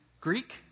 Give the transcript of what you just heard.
Greek